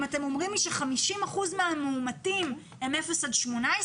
אתם אומרים לי ש-50 אחוזים מהמאומתים הם בגילי אפס עד 18,